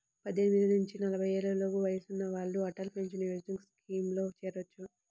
పద్దెనిమిది నుంచి నలభై ఏళ్లలోపు వయసున్న వాళ్ళు అటల్ పెన్షన్ యోజన స్కీమ్లో చేరొచ్చు